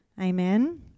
Amen